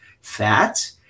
fat